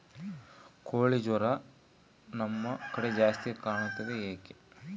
ಕೋಳಿ ಜ್ವರ ನಮ್ಮ ಕಡೆ ಜಾಸ್ತಿ ಕಾಣುತ್ತದೆ ಏಕೆ?